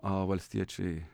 a valstiečiai